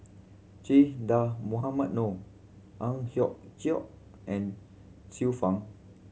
Che Dah Mohamed Noor Ang Hiong Chiok and Xiu Fang